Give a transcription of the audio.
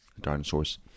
dinosaurs